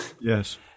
Yes